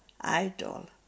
idol